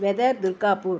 weather Durgapur